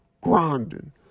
Grinding